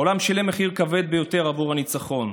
העולם שילם מחיר כבד ביותר עבור הניצחון.